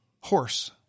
horse